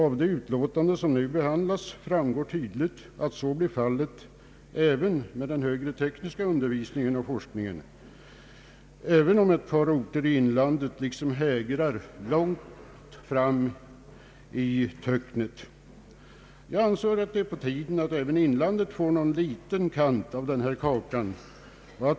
Av det utlåtande som nu behandlas framgår tydligt, att så blir fallet även med den högre tekniska undervisningen och forskningen, även om ett par orter i inlandet liksom hägrar långt fram i töcknet. Jag anser att det är på tiden att även inlandet får någon liten kant av den här kakan.